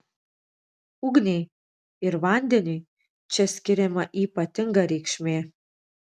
ugniai ir vandeniui čia skiriama ypatinga reikšmė